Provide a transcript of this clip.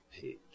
page